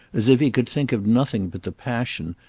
as if he could think of nothing but the passion,